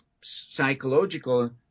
psychological